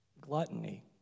gluttony